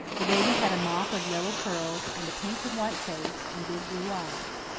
the baby had a mop of yellow curls, and a pink and white face, and big blue eyes.